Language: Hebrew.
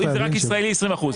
רק ישראלי 20 אחוז.